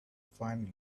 finally